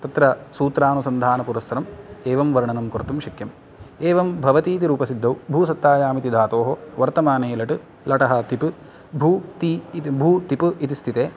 तत्र सूत्रानुसन्धानपुरस्सरं एवं वर्णनं कर्तुं शक्यं एवं भवतीति रूपसिद्धौ भू सत्तायां इति धातोः वर्तमाने लट् लटः तिप् भू ती इति भू तिप् इति स्थिते